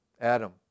Adam